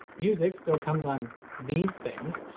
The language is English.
music still comes on these things,